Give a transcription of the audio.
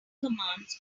commands